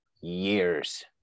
years